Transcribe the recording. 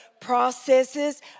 processes